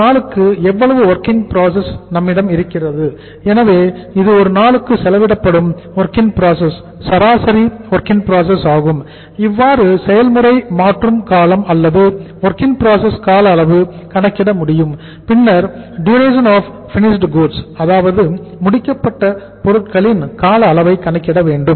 ஒரு நாளுக்கு எவ்வளவு வொர்கிங் ப்ராசஸ் அதாவது முடிக்கப்பட்ட பொருட்களின் கால அளவை கணக்கிட வேண்டும்